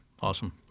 Awesome